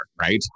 right